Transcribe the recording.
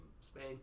Spain